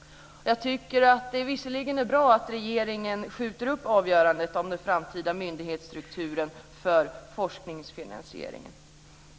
Det är visserligen bra att regeringen skjuter upp avgörandet om den framtida myndighetsstrukturen för forskningsfinansieringen.